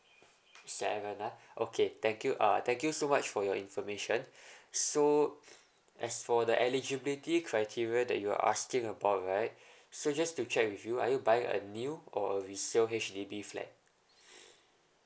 seven ah okay thank you uh thank you so much for your information so as for the eligibility criteria that you're asking about right so just to check with you are you buying a new or a resale H_D_B flat